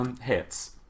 hits